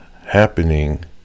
happening